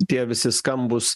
tie visi skambūs